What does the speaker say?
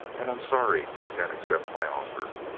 and i'm sorry you can't accept my offer.